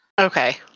Okay